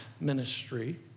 ministry